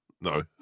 No